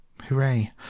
Hooray